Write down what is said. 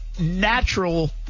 natural